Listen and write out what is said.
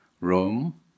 Rome